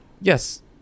yes